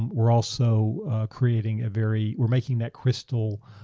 and we're also creating a very. we're making that crystal